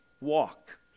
walk